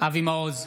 אבי מעוז,